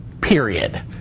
Period